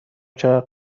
چقدر